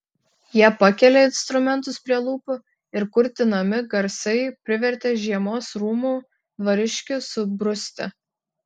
jie pakėlė instrumentus prie lūpų ir kurtinami garsai privertė žiemos rūmų dvariškius subruzti